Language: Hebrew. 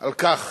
על כך